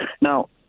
Now